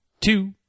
two